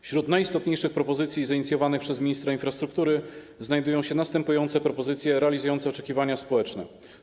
Wśród najistotniejszych propozycji zainicjowanych przez ministra infrastruktury znajdują się następujące regulacje realizujące oczekiwania społeczne.